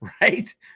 right